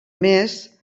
més